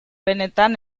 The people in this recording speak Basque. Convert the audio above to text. benetan